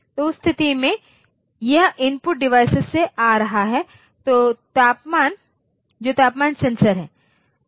तो उस स्थिति में यह इनपुट डिवाइस से आ रहा है जो तापमान सेंसर है